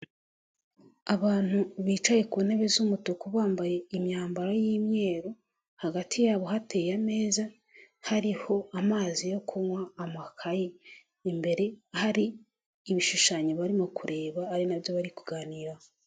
Abantu bicaye ku ntebe z'umutuku bambaye imyambaro y'imyeru hagati yabo hateye ameza hariho amazi yo kunywa, amakayi imbere hari ibishushanyo barimo kureba ari nabyo bari kuganiraraho.